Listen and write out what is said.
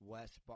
West